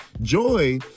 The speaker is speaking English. Joy